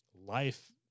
life